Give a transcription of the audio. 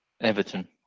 Everton